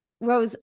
Rose